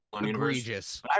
Egregious